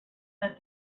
that